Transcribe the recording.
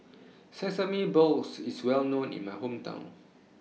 Sesame Balls IS Well known in My Hometown